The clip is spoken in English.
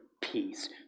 peace